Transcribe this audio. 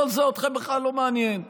כל זה בכלל לא מעניין אתכם.